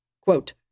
quote